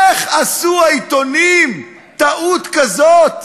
איך עשו העיתונים טעות כזאת,